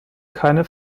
keine